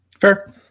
fair